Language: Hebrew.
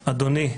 אדוני,